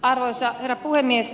arvoisa herra puhemies